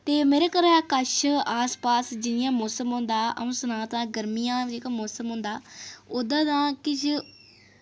ते मेरे घरै दे कच्छ आस पास जियां मौसम होंदा आ'ऊं सनां तां गरमियां जेह्का मौसम होंदा ओह्दा ना किश